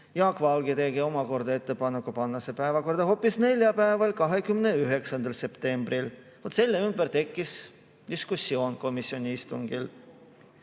Jaak Valge tegi omakorda ettepaneku panna see päevakorda hoopis neljapäeval, 29. septembril. Vot selle ümber tekkis komisjoni istungil